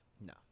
No